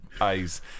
eyes